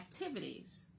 activities